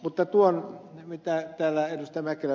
mutta kun täällä ed